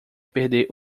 perder